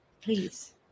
please